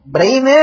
Brain